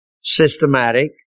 systematic